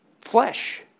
flesh